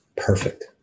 Perfect